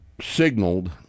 signaled